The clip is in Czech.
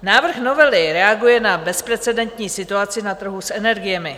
Návrh novely reaguje na bezprecedentní situaci na trhu s energiemi.